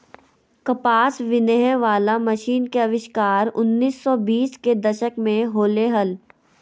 कपास बिनहे वला मशीन के आविष्कार उन्नीस सौ बीस के दशक में होलय हल